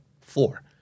four